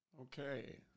Okay